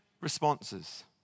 responses